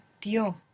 dio